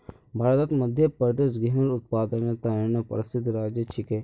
भारतत मध्य प्रदेश गेहूंर उत्पादनेर त न प्रसिद्ध राज्य छिके